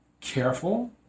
careful